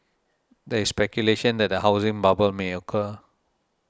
there is speculation that a housing bubble may occur